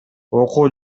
окуу